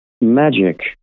magic